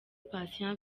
patient